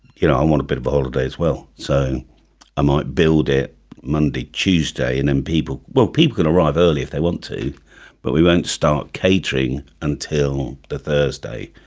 you know um a bit bored as well so i might build it monday tuesday and then people will people arrive early if they want to but we won't start catering until the thursday